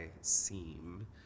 seem